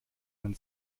man